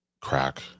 crack